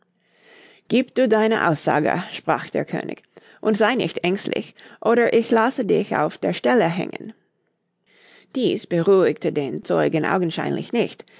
gieb du deine aussage sprach der könig und sei nicht ängstlich oder ich lasse dich auf der stelle hängen dies beruhigte den zeugen augenscheinlich nicht